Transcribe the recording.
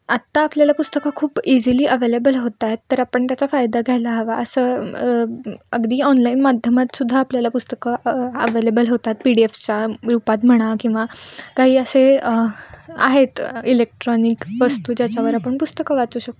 आत्ता आपल्याला पुस्तकं खूप इझिली अव्हेलेबल होत आहेत तर आपण त्याचा फायदा घ्यायला हवा असं अगदी ऑनलाईन माध्यमात सुद्धा आपल्याला पुस्तकं अवलेबल होतात पी डी एफच्या रूपात म्हणा किंवा काही असे आहेत इलेक्ट्रॉनिक वस्तू ज्याच्यावर आपण पुस्तकं वाचू शकतो